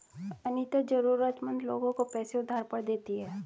अनीता जरूरतमंद लोगों को पैसे उधार पर देती है